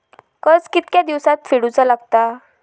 कर्ज कितके दिवसात फेडूचा लागता?